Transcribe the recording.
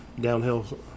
downhill